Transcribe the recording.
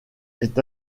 est